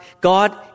God